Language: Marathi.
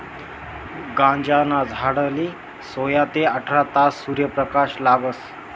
गांजाना झाडले सोया ते आठरा तास सूर्यप्रकाश लागस